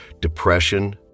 depression